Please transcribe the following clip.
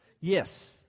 Yes